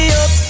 up